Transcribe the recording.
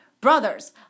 Brothers